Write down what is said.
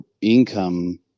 income